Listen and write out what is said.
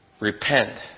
repent